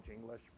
English